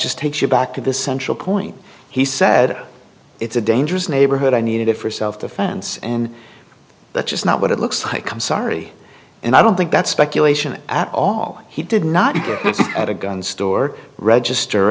just takes you back of the central point he said it's a dangerous neighborhood i needed it for self defense and that's just not what it looks like i'm sorry and i don't think that's speculation at all he did not appear at a gun store register